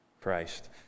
Christ